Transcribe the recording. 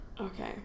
okay